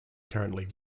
currently